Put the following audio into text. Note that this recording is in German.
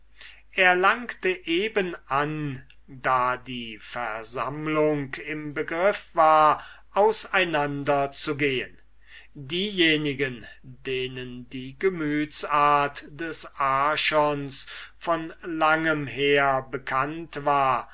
er langte eben an da die versammlung im begriff war auseinander zu gehen diejenigen denen die gemütsart des archon von langem her bekannt war